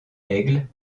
aigle